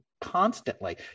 Constantly